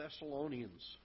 Thessalonians